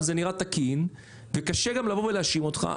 זה נראה תקין וקשה גם לבוא ולהאשים אותך.